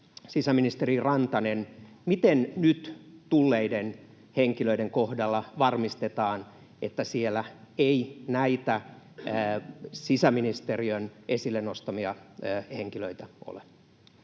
sisäministeri Rantanen, miten nyt tulleiden henkilöiden kohdalla varmistetaan, että siellä ei näitä sisäministeriön esille nostamia henkilöitä ole?